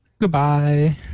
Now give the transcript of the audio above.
Goodbye